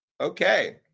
Okay